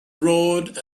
roared